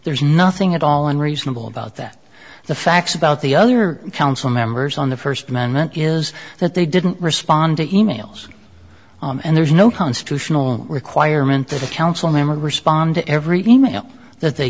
there's nothing at all unreasonable about that the facts about the other council members on the first amendment is that they didn't respond to emails and there's no constitutional requirement that a council member respond to every email that they